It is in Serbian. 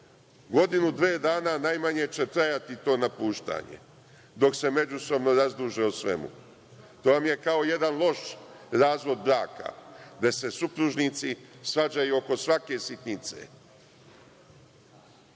Godinu, dve dana će najmanje trajati to napuštanje dok se međusobno razduže o svemu. To vam je kao jedan loš razvod braka, gde se supružnici svađaju oko svake sitnice.S